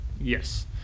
Yes